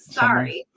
sorry